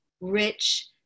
rich